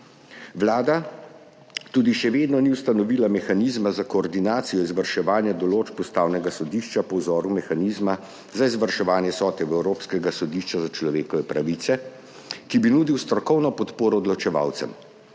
Vlada še vedno ni ustanovila tudi mehanizma za koordinacijo izvrševanja določb Ustavnega sodišča po vzoru mehanizma za izvrševanje sodb Evropskega sodišča za človekove pravice, ki bi nudil strokovno podporo odločevalcem.